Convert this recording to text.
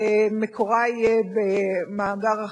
הדוח הזה מציג אספקט אחר, פן אחר,